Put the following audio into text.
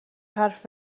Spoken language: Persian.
حرف